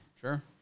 Sure